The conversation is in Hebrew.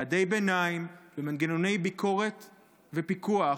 יעדי ביניים ומנגנוני ביקורת ופיקוח,